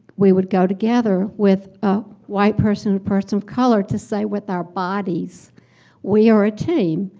we would go together with a white person and person of color to say with our bodies we are a team.